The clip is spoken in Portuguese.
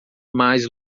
mais